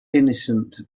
innocent